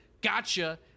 gotcha